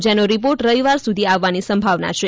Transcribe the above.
જેનો રિપોર્ટ રવિવાર સુધી આવવાની સંભાવના છે